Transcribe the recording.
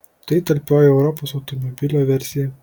tai talpioji europos automobilio versija